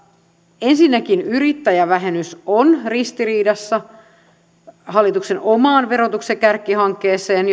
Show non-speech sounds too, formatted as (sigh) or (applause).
(unintelligible) että ensinnäkin yrittäjävähennys on ristiriidassa hallituksen oman verotuksen kärkihankkeen (unintelligible)